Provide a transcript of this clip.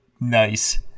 nice